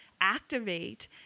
activate